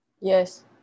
Yes